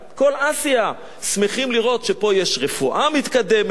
כל אסיה שמחים לראות שפה יש רפואה מתקדמת,